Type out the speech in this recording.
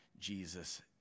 Jesus